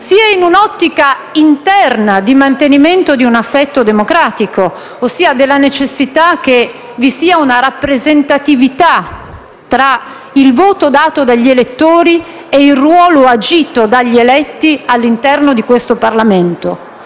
sia dell'ottica interna di mantenimento di un assetto democratico, ossia della necessità che vi sia una rappresentatività tra il voto dato dagli elettori e il ruolo agito dagli eletti all'interno di questo Parlamento.